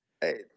Hey